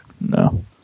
No